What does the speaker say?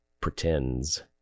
pretends